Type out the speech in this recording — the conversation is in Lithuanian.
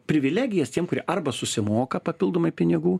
privilegijas tiem kurie arba susimoka papildomai pinigų